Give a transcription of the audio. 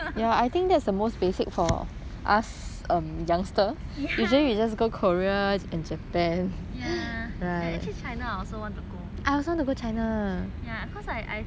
ya ya actually china I also want to go cause I I feel china is very 大 lah